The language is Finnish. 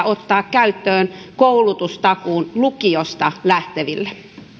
ottaa käyttöön koulutustakuun lukiosta lähteville